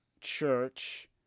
church